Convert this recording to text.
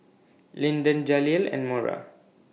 Linden Jaleel and Mora